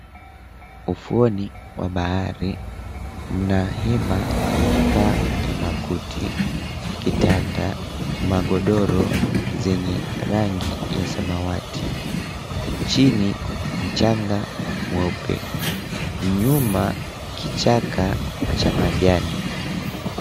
Ufuoni wa bahari, mna hema lenye paa ya makuti, kitanda, magodoro zenye rangi ya samawati. Chini, mchanga mweupe. Nyuma, kichaka cha majani.